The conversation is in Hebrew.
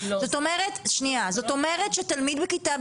על כניסה של תכניות